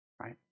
right